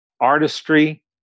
artistry